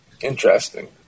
Interesting